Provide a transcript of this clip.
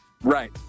Right